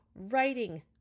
writing